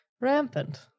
Rampant